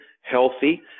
healthy